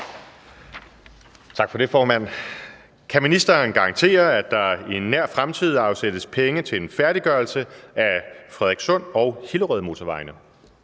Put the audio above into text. Tak for det, formand. Kan ministeren garantere, at der i nær fremtid afsættes penge til en færdiggørelse af Frederikssund- og Hillerødmotorvejene?